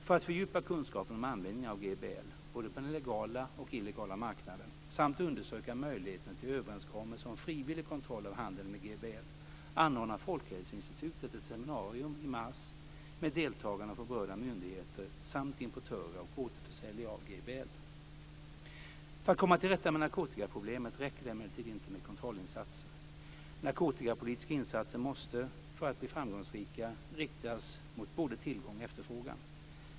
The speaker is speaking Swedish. För att fördjupa kunskapen om användningen av GBL, på både den legala och den illegala marknaden, samt undersöka möjligheterna till överenskommelser om frivillig kontroll av handeln med GBL anordnar Folkhälsoinstitutet ett seminarium i mars med deltagande från berörda myndigheter samt importörer och återförsäljare av GBL. För att komma till rätta med narkotikaproblemet räcker det emellertid inte med kontrollinsatser. Narkotikapolitiska insatser måste för att bli framgångsrika riktas mot både tillgång och efterfrågan.